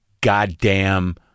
goddamn